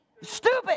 stupid